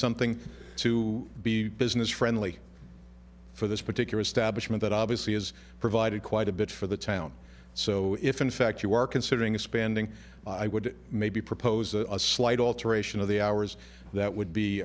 something to be business friendly for this particular establishment that obviously has provided quite a bit for the town so if in fact you are considering expanding i would maybe propose a slight alteration of the hours that would be